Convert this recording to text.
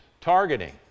targeting